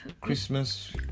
Christmas